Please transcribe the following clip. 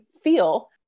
feel